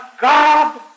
God